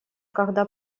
когда